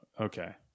Okay